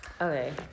Okay